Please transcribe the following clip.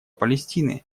палестины